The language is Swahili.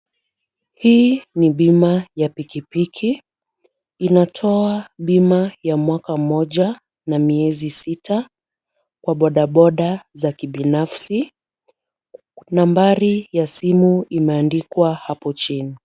Hii ni bima ya pikipiki, inatoa bima ya mwaka mmoja na miezi sita kwa bodaboda za kibinafsi. Nambari ya simu imeandikwa hapo chini.